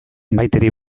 maiteri